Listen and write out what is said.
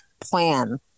plan